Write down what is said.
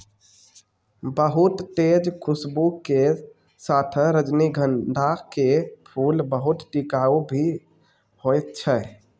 बहुत तेज खूशबू के साथॅ रजनीगंधा के फूल बहुत टिकाऊ भी हौय छै